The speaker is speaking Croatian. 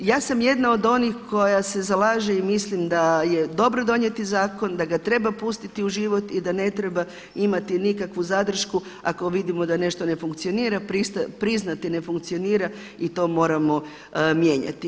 I ja sam jedna od onih koja se zalaže i mislim da je dobro donijeti zakon, da ga treba pustiti u život i da ne treba imati nikakvu zadršku ako vidimo da nešto ne funkcionira, priznati ne funkcionira i to moramo mijenjati.